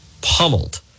pummeled